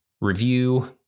Review